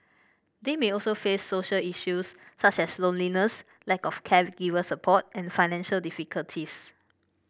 they may also face social issues such as loneliness lack of caregiver support and financial difficulties